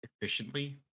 efficiently